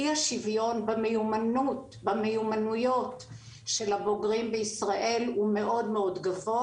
אי השוויון במיומנויות של הבוגרים בישראל הוא מאוד מאוד גבוה